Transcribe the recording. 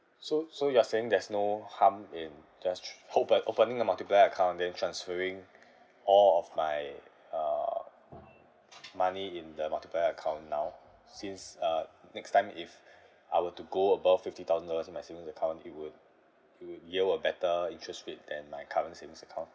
so so you are saying there's no harm in just hope uh opening a multiplier account then transferring all of my uh money in the multiplier account now since uh next time if I were to go above fifty thousand dollars in my savings account it would it would yield a better interest rate than my current savings account